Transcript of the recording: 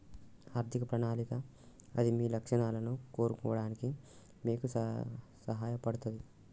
ఆర్థిక ప్రణాళిక అది మీ లక్ష్యాలను చేరుకోవడానికి మీకు సహాయపడతది